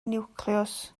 niwclews